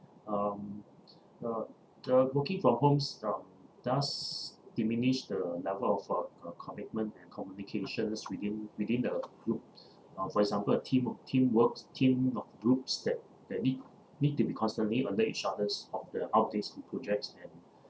um uh uh working from homes uh does diminish the level of uh uh commitment and communications within within the group uh for example uh team uh team works uh team uh groups that that need need to be constantly alert each other's of the updates on projects and